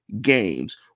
games